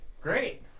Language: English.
Great